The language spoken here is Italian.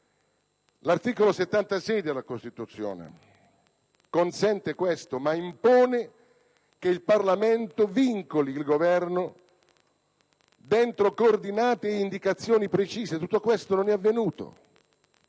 L'articolo 76 della Costituzione lo consente, ma impone che il Parlamento vincoli il Governo all'interno di coordinate e indicazioni precise. Tutto ciò non è avvenuto